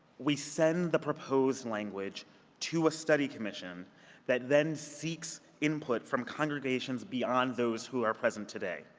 we send the proposed language to a study commission that then seeks input from congregations beyond those who are present today.